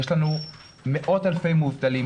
יש לנו מאות אלפי מובטלים.